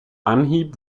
anhieb